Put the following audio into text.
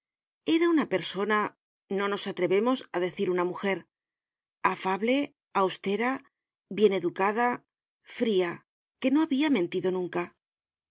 era una persona no nos atrevemos á decir una mujerafable austera bien educada fria que no habia mentido nunca